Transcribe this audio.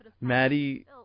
Maddie